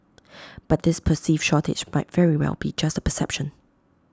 but this perceived shortage might very well be just A perception